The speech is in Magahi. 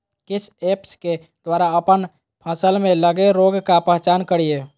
किस ऐप्स के द्वारा अप्पन फसल में लगे रोग का पहचान करिय?